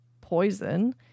poison